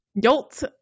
yolt